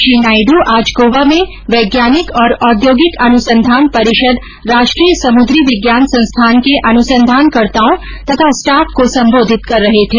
श्री नायड् आज गोवा में वैज्ञानिक और औद्योगिक अनुसंधान परिषद राष्ट्रीय समुद्री विज्ञान संस्थान के अनुसंधानकर्ताओं तथा स्टॉफ को संबोधित कर रहे थे